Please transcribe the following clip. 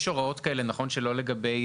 יש הוראות כאלה, נכון שלא לגבי